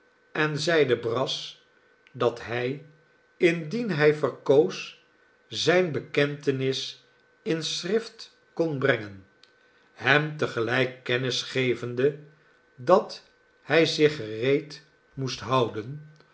en zeide brass dat hij indien hij verkoos zijne bekentenis in schrift kon brengen hem te gelijk kennis gevende dat hij zich gereed moest houden